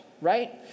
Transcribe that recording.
right